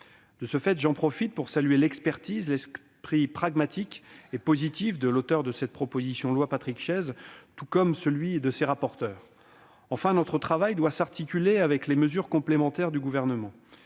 De ce fait, j'en profite pour saluer l'expertise, l'esprit pragmatique et positif de l'auteur de cette proposition de loi, Patrick Chaize, et de ses rapporteurs. Enfin, notre travail doit s'articuler avec les mesures complémentaires du Gouvernement.